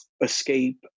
escape